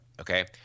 Okay